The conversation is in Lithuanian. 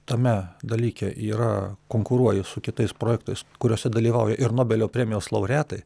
tame dalyke yra konkuruoji su kitais projektais kuriuose dalyvauja ir nobelio premijos laureatai